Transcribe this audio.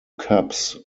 cups